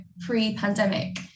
pre-pandemic